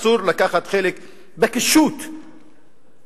אסור לקחת חלק בקישוט הזה,